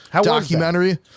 documentary